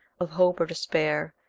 of hope or despair,